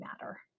matter